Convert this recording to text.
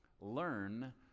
learn